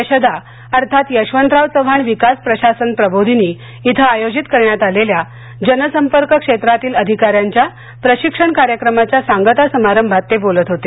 यशदा अर्थात यशवंतराव चव्हाण विकास प्रशासन प्रबोधिनी इथे आयोजित करण्यात आलेल्या जनसंपर्क क्षेत्रातील अधिका यांच्या प्रशिक्षण कार्यक्रमाच्या सांगता समारंभात ते बोलत होते